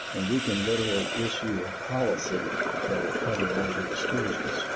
and we can literally issue a policy that will cover all the exclusions.